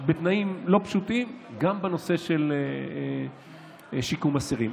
בתנאים לא פשוטים, גם בנושא של שיקום אסירים.